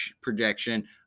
projection